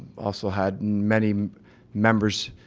also had many members